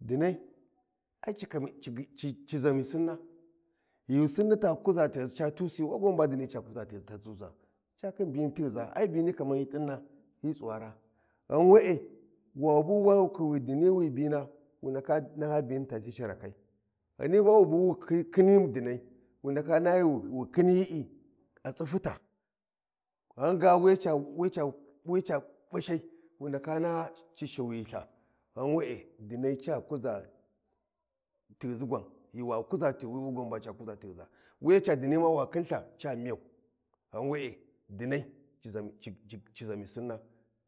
Dinan ai ci zami sinna ghi sinni ta kuza tighasi ca tusi we gwan ba dinni ca kuza tighizi ta tuza ca khin bini tighiza ai bini kaman hyi t’inna, hyi tsuwara ai bini kaman hyi t’inna. Hyi tsuwara ghan we’e wabu ba wu khiwi dinni we bina wu ndaka naha bini tati sharakai Ghani ba wu ndaka naha bini ta ti sharakai Ghani ba wu biwi wu khini dinai ghana wi ca wunka naha ci shuwiltha ghan we’e dini ca kuza tighi zi gwan ghi wa kuza tighu wi gwan we ba ca kuza tighu za, wuya ca dinni ma wa khintha ca miyan ghan we’e dinai ci zam ci ci zami sinna,